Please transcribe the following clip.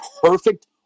perfect